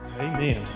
Amen